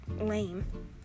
lame